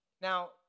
Now